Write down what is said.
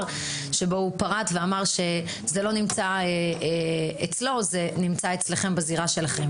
ובו הוא אמר שזה לא נמצא אצלו אלא זה במשרד הבריאות.